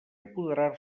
apoderar